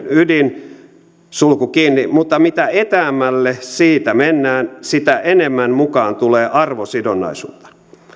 ydinalueensa mutta mitä etäämmälle siitä mennään sitä enemmän mukaan tulee arvosidonnaisuutta